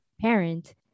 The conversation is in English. parent